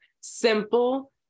simple